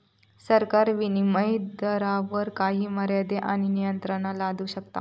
सरकार विनीमय दरावर काही मर्यादे आणि नियंत्रणा लादू शकता